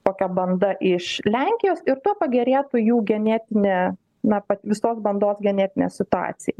kokia banda iš lenkijos ir tuo pagerėtų jų genetinė na pat visos bandos genetinė situacija